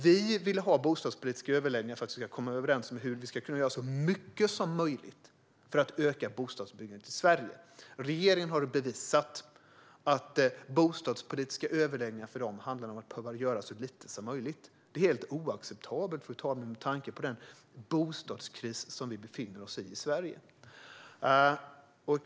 Vi vill ha bostadspolitiska överläggningar för att komma överens om hur vi ska kunna göra så mycket som möjligt för att öka bostadsbyggandet i Sverige. Regeringen har bevisat att bostadspolitiska överläggningar för dem handlar om att behöva göra så lite som möjligt. Det är helt oacceptabelt, fru talman, med tanke på den bostadskris som vi befinner oss i här i Sverige.